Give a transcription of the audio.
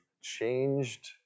changed